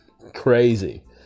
crazy